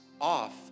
off